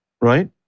Right